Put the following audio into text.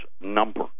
number